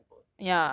the instagram post